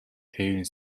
тээврийн